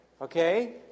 Okay